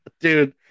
Dude